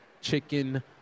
chicken